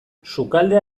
sukaldea